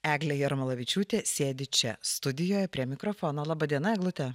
eglė jarmolavičiūtė sėdi čia studijoje prie mikrofono laba diena eglute